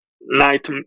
night